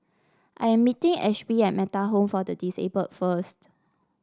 I am meeting Ashby at Metta Home for the Disabled first